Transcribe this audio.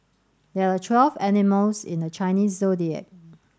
there are twelve animals in the Chinese Zodiac